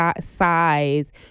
size